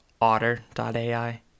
otter.ai